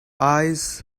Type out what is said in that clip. eyes